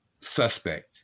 suspect